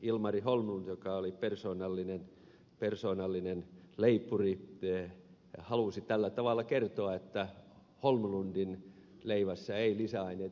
ilmari holmlund joka oli persoonallinen leipuri halusi tällä tavalla kertoa että holmlundin leivässä ei lisäaineita käytetä